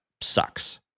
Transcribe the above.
sucks